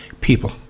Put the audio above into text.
People